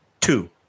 Two